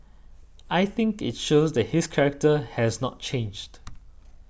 I think it shows that his character has not changed